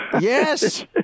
Yes